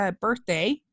birthday